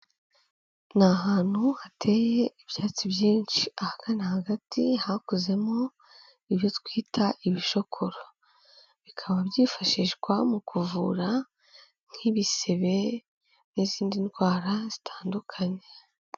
Ni ahantu hateye ibyatsi byinshi, ahagana hagati hakuzemo ibyo twita ibishokoro, bikaba byifashishwa mu kuvura nk'ibisebe n'izindi ndwara zitandukanye.